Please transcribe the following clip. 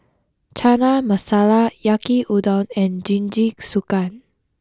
Chana Masala Yaki Udon and Jingisukan